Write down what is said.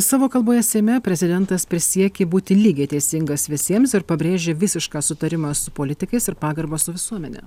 savo kalboje seime prezidentas prisiekė būti lygiai teisingas visiems ir pabrėžė visišką sutarimą su politikais ir pagarbą su visuomene